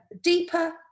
deeper